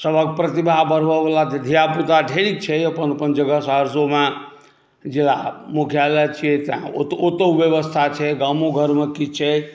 सभक प्रतिभा बढ़बऽवला तऽ धिया पूता ढेरी छै अपन अपन जगह सहरसोमे ज़िला मुख्यालय छिए ओतहु बेबस्था छै गामो घरमे किछु छै